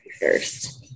first